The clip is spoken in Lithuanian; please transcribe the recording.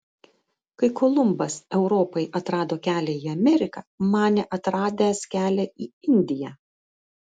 kai kolumbas europai atrado kelią į ameriką manė atradęs kelią į indiją